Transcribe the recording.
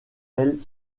elle